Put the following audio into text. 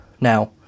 Now